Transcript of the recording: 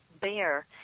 bear